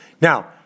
Now